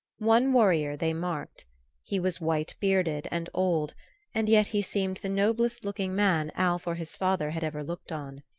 one warrior they marked he was white-bearded and old and yet he seemed the noblest-looking man alv or his father had ever looked on.